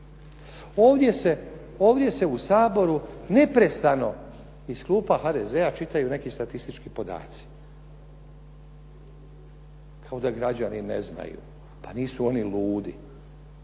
Ovdje se u Saboru neprestano iz klupa HDZ –a čitaju neki statistički podaci, kao da građani ne znaju. Pa nisu oni ludi.